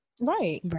Right